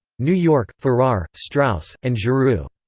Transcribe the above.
new york farrar, straus, and giroux.